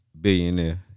billionaire